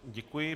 Děkuji.